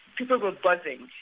people were buzzing,